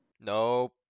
Nope